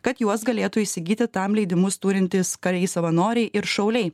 kad juos galėtų įsigyti tam leidimus turintys kariai savanoriai ir šauliai